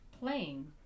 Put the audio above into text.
playing